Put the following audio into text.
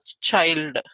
child